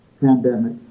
pandemic